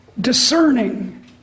discerning